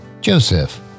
Joseph